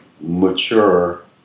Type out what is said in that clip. mature